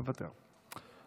מוותר,